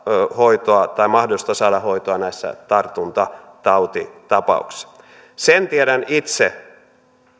hoitoa tai mahdollisuutta saada hoitoa näissä tartuntatautitapauksissa sen tiedän itse